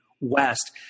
West